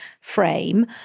frame